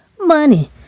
money